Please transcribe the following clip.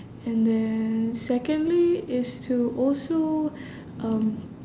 and then secondly is to also um